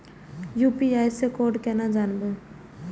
UPI से code केना जानवै?